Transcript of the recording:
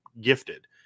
gifted